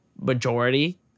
majority